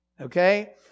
okay